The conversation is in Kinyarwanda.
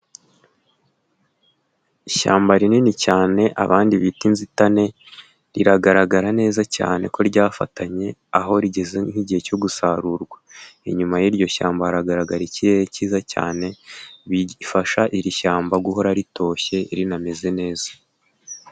Ishyamba rinini cyane abandi bita inzitane. Riragaragara neza cyane ko ryafatanye, aho rigeze nk'igihe cyo gusarurwa. Inyuma y'iryo shyamba hagaragara ikirere kiza cyane, bifasha iri shyamba guhora ritoshye rinameze neza.